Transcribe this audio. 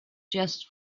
just